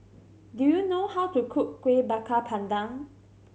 do you know how to cook Kueh Bakar Pandan